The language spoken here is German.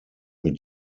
mit